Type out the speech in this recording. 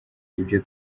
ibyo